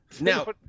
Now